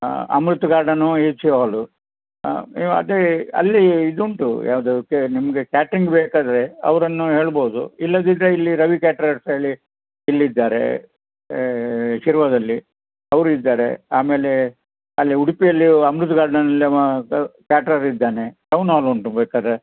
Amrit garden A C hall ನೀವು ಅದೆ ಅಲ್ಲಿ ಇದು ಉಂಟು ಯಾವುದು ಕೆ ನಿಮಗೆ ಕ್ಯಾಟ್ರಿಂಗ್ ಬೇಕಾದರೆ ಅವರನ್ನು ಹೇಳ್ಬೋದು ಇಲ್ಲದಿದ್ದರೆ ಇಲ್ಲಿ ರವಿ ಕ್ಯಾಟ್ರರ್ಸ್ ಹೇಳಿ ಇಲ್ಲಿದ್ದಾರೆ ಶಿರ್ವದಲ್ಲಿ ಅವರು ಇದ್ದಾರೆ ಆಮೇಲೆ ಅಲ್ಲೇ ಉಡುಪಿಯಲ್ಲಿಯು ಅಮೃತ್ ಗಾರ್ಡನ್ಲ್ಲಿ ಅವ ಕ್ಯಾಟ್ರರ್ ಇದ್ದಾನೆ ಟೌನ್ ಹಾಲ್ ಉಂಟು ಬೇಕಾದ್ರೆ